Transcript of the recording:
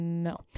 No